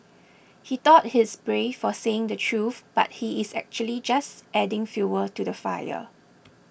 he thought he's brave for saying the truth but he's actually just adding fuel to the fire